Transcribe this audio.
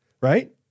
right